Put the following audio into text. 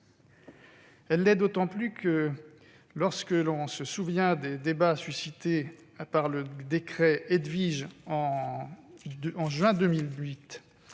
Elle l'est d'autant plus lorsque l'on se souvient des débats suscités par le décret Edvige en juin 2008.